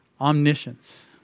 Omniscience